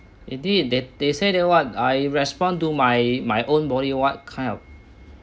it did they they say that what I respond to my my own body what kind of